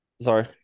sorry